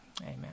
amen